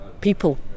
people